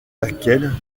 laquelle